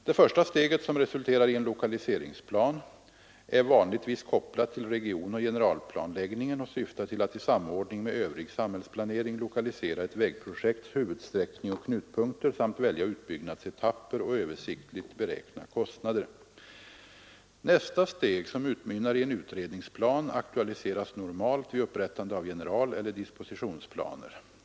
Det första steget, som resulterar i en lokaliseringsplan, är vanligtvis kopplat till regionoch generalplanläggningen och syftar till att i samordning med övrig samhällsplanering lokalisera ett vägprojekts huvudsträckning och knutpunkter samt välja utbyggnadsetapper och översiktligt beräkna kostnader. Nästa steg, som utmynnar i en utredningsplan, aktualiseras normalt vid upprättande av generaleller dispositionsplaner.